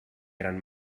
gran